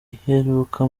iheruka